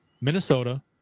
Minnesota